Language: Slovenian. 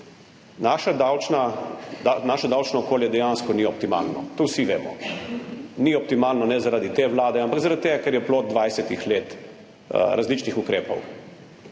Naše davčno okolje dejansko ni optimalno. To vsi vemo. Ni optimalno ne zaradi te vlade, ampak zaradi tega, ker je plod 20 let različnih ukrepov.